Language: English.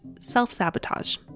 self-sabotage